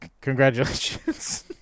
Congratulations